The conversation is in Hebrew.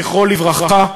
זכרו לברכה,